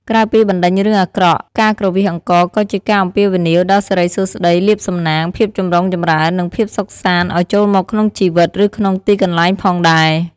ក្រៅពីបណ្ដេញរឿងអាក្រក់ ការគ្រវាសអង្ករក៏ជាការអំពាវនាវដល់សិរីសួស្តី លាភសំណាង ភាពចម្រុងចម្រើន និងភាពសុខសាន្តឲ្យចូលមកក្នុងជីវិត ឬក្នុងទីកន្លែងផងដែរ។